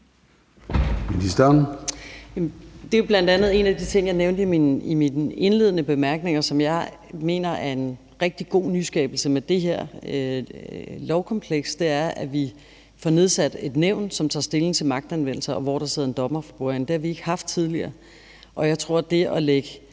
Det er jo bl.a. en af de ting, jeg nævnte i mine indledende bemærkninger, og som jeg mener er en rigtig god nyskabelse med det her lovkompleks, nemlig at vi får nedsat i et nævn, som tager stilling og til magtanvendelser, og hvor der sidder en dommer for bordenden. Det har vi ikke haft tidligere. Jeg tror, at det at få